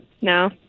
No